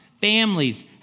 families